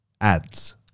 Ads